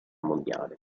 mondiale